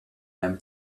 him